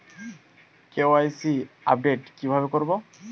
KYC update কি ভাবে করবো?